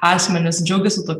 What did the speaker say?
asmenys džiaugiasi tuo